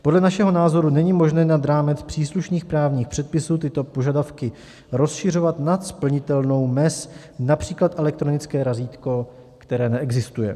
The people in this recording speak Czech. Podle našeho názoru není možné nad rámec příslušných právních předpisů tyto požadavky rozšiřovat nad splnitelnou mez, například elektronické razítko, které neexistuje.